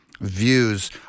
views